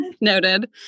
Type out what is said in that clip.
Noted